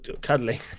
cuddling